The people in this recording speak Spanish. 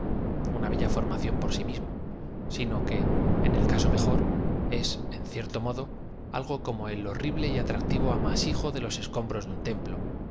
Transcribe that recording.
una bella formación por si mis mo sino que en el caso mejor es en cierto modo algo como el horrible y atractivo amasijo de los escombros de un templo